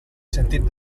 sentit